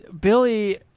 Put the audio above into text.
Billy